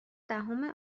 دهم